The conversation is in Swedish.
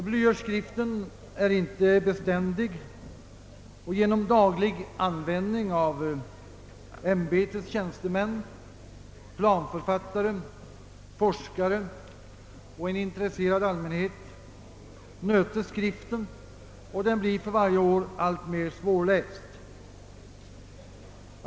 Blyertsskriften är inte beständig, och genom att registret dagligen används av ämbetets tjänstemän samt av planförfattare, forskare och en intresserad allmänhet nötes skriften och blir för varje år alltmera svårläst.